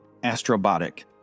Astrobotic